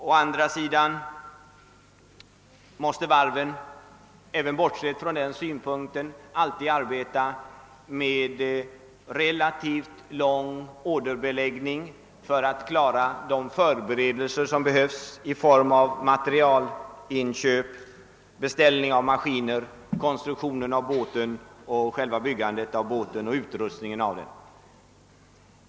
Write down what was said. Å andra sidan måste varven, även bortsett från den synpunkten, alltid arbeta med relativt lång orderbeläggning för att kunna klara av de förberedelser som behövs i form av materialinköp, beställning av maskiner, konstruktioner av båten och själva byggandet samt utrustningen av båten.